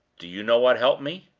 do you know what helped me?